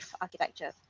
architecture